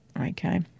Okay